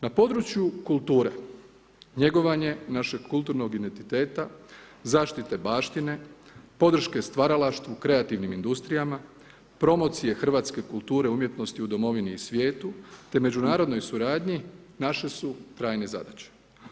Na području kulture njegovanje našeg kulturnog identiteta, zaštite baštine, podrške stvaralaštvu u kreativnim industrijama, promocije hrvatske kulture umjetnosti u domovini i svijetu te međunarodnoj suradnji naše su trajne zadaće.